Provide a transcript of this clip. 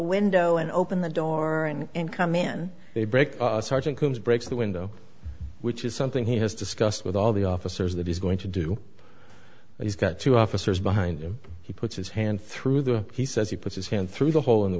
window and open the door and come in they break sergeant coombes breaks the window which is something he has discussed with all the officers that he's going to do he's got two officers behind him he puts his hand through the he says he put his hand through the hole in the